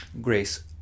Grace